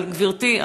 גברתי,